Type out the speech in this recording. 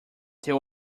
there